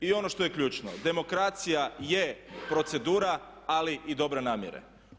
I ono što je ključno demokracija je procedura ali i dobre namjere.